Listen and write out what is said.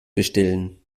bestellen